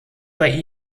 bei